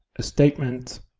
a statement,